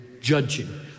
judging